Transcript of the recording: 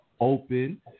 open